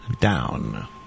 down